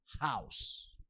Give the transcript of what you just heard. house